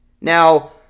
Now